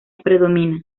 predomina